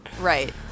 Right